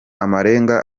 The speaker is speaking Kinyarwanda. amarenga